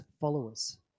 followers